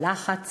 הלחץ